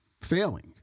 Failing